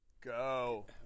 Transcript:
Go